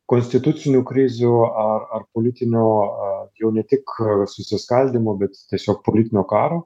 konstitucinių krizių ar ar politinių jau ne tik susiskaldymų bet tiesiog politinio karo